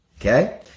Okay